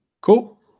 Cool